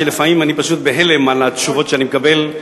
שלפעמים אני פשוט בהלם בשל התשובות שאני מקבל.